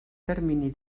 termini